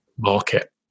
Market